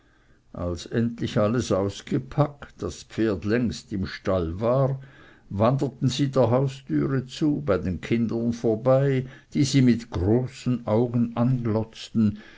als endlich alles ausgepackt das pferd längst im stall war wanderten sie der haustüre zu bei den kindern vorbei die sie mit großen augen anglotzten